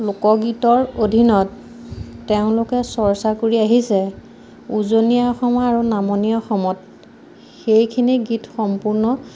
লোকগীতৰ অধীনত তেওঁলোকে চৰ্চা কৰি আহিছে উজনি অসম আৰু নামনি অসমত সেইখিনি গীত সম্পূৰ্ণ